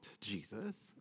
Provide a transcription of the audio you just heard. Jesus